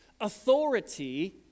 Authority